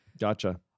Gotcha